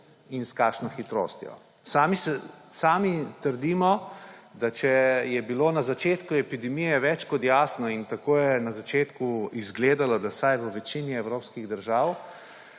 in kakšno hitrostjo. Sami trdimo, da če je bilo na začetku epidemije več kot jasno in tako je na začetku izgledalo vsaj v večini evropskih držav,